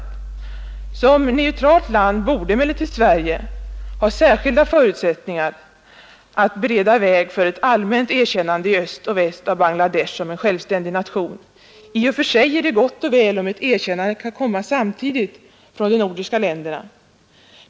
Men som neutralt land borde Sverige ha särskilda förutsättningar att bana väg för ett allmänt erkännande i öst och väst av Bangladesh som en självständig nation. I och för sig är det gott och väl om ett erkännande kan komma samtidigt från de nordiska länderna.